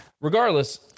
Regardless